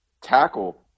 tackle